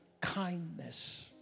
kindness